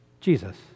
Jesus